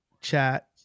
chat